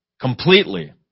Completely